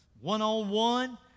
one-on-one